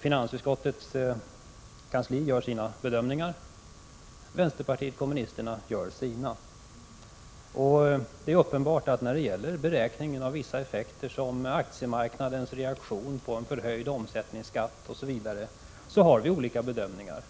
Finansutskottets kansli gör sina bedömningar, och vänsterpartiet kommunisterna gör sina. Det är uppenbart att när det gäller beräkningen av vissa effekter som aktiemarknadens reaktion på en förhöjd omsättningsskatt, osv. gör vi olika bedömningar.